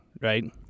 right